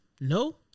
No